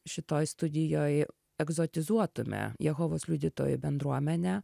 šitoj studijoj egzotizuotume jehovos liudytojų bendruomenę